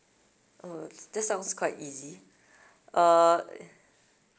oh that sounds quite easy uh